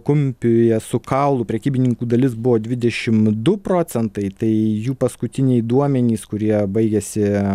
kumpiui e su kaulu prekybininkų dalis buvo dvidešim du procentai tai jų paskutiniai duomenys kurie baigiasi